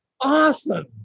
awesome